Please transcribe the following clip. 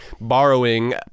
borrowing